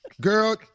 Girl